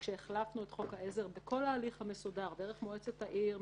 כשהחלפנו את חוק העזר זה היה דרך מועצת העיר,